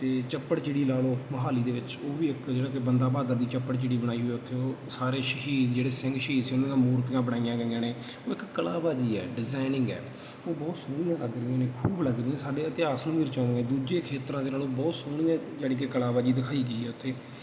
ਅਤੇ ਚੱਪੜ ਚਿੜੀ ਲਾ ਲਓ ਮੋਹਾਲੀ ਦੇ ਵਿੱਚ ਉਹ ਵੀ ਇੱਕ ਜਿਹੜਾ ਕਿ ਬੰਦਾ ਬਹਾਦਰ ਦੀ ਚੱਪੜ ਚਿੜੀ ਬਣਾਈ ਹੋਈ ਉੱਥੇ ਉਹ ਸਾਰੇ ਸ਼ਹੀਦ ਜਿਹੜੇ ਸਿੰਘ ਸ਼ਹੀਦ ਸੀ ਉਹਨਾਂ ਦੀਆਂ ਮੂਰਤੀਆਂ ਬਣਾਈਆਂ ਗਈਆਂ ਨੇ ਉਹ ਇੱਕ ਕਲਾ ਬਾਜੀ ਹੈ ਡਿਜ਼ਾਇਨਿੰਗ ਹੈ ਉਹ ਬਹੁਤ ਸੋਹਣੀਆਂ ਲੱਗਦੀਆਂ ਨੇ ਖੂਬ ਲੱਗਦੀਆਂ ਨੇ ਸਾਡੇ ਇਤਿਹਾਸ ਨੂੰ ਵੀ ਦੂਜੇ ਖੇਤਰਾਂ ਦੇ ਨਾਲੋਂ ਬਹੁਤ ਸੋਹਣੀਆਂ ਜਾਨੀ ਕਿ ਕਲਾ ਬਾਜੀ ਦਿਖਾਈ ਗਈ ਉੱਥੇ